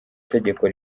itegeko